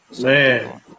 Man